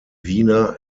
wiener